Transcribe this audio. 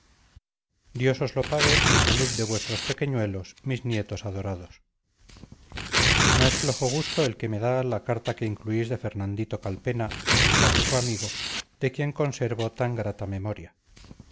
dios os lo pague en salud de vuestros pequeñuelos mis nietos adorados no es flojo gusto el que me da la carta que incluís de fernandito calpena mi simpático amigo de quien conservo tan grata memoria